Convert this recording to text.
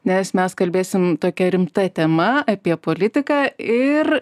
nes mes kalbėsim tokia rimta tema apie politiką ir